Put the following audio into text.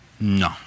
No